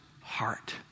heart